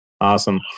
Awesome